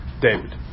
David